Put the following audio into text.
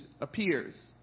appears